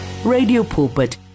Radiopulpit